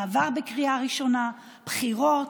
מעבר בקריאה ראשונה, בחירות,